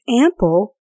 ample